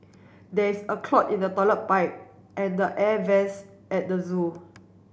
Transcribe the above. there is a clog in the toilet pipe and the air vents at the zoo